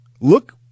look